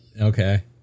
Okay